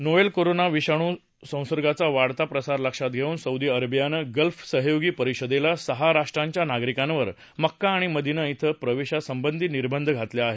novel corona विषाणू संसर्गाचा वाढता प्रसार लक्षात घेऊन सौदी अरेबियानं गल्फ सहयोगी परिषदेतल्या सहा राष्ट्रांच्या नागरिकांवर मक्का आणि मदिना ॐ प्रवेशासंबंधी निर्बंध घातले आहेत